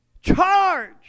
Charge